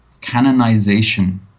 canonization